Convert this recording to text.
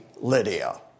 Lydia